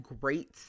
great